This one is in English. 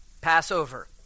Passover